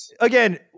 again